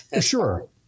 Sure